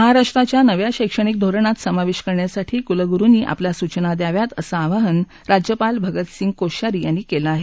महाराष्ट्राच्या नव्या शैक्षणिक धोरणात समावेश करण्यासाठी कुलगुरुंनी आपल्या सूचना द्याव्यात असं आवाहन राज्यपाल भगत सिंग कोश्यारी यांनी केलं आहे